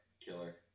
killer